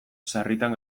sarritan